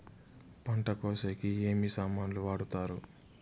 పంట కోసేకి ఏమి సామాన్లు వాడుతారు?